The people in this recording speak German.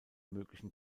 möglichen